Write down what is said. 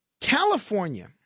California